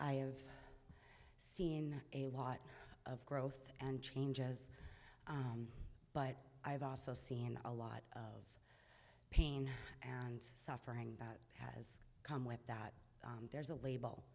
have seen a lot of growth and changes but i've also seen a lot of pain and suffering that has come with that there's a label